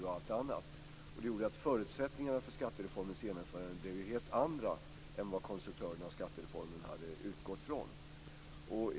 Det gjorde att det blev helt andra förutsättningar för skattereformens genomförande än vad konstruktörerna av skattereformen hade utgått från.